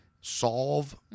solve